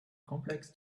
complex